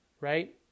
Right